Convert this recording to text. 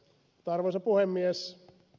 arvoisa puhemies